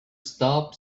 stop